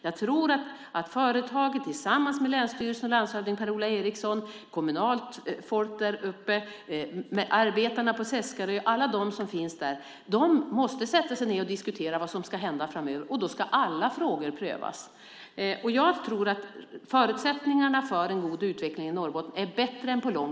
Jag tror att företaget tillsammans med länsstyrelsen och landshövding Per-Ola Eriksson, kommunalt folk där uppe och arbetarna på Seskarö, alla de som finns där, måste sätta sig ned och diskutera vad som ska hända framöver. Då ska alla frågor prövas. Jag tror att förutsättningarna för en god utveckling i Norrbotten är bättre än på länge.